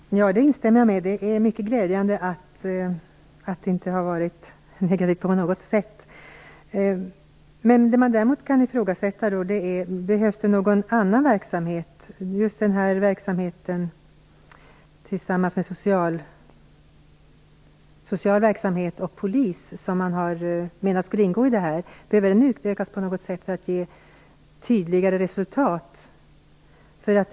Herr talman! Jag instämmer i att det är mycket glädjande att det inte på något sätt har varit negativt. Däremot kan man ifrågasätta om det behövs någon annan verksamhet, t.ex. en verksamhet som bedrivs i samarbete med sociala myndigheter och polis? Behöver det utökas på något sätt för att resultaten skall bli tydligare?